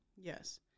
Yes